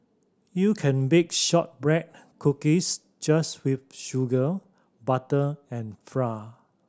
you can bake shortbread cookies just with sugar butter and flour